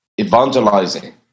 evangelizing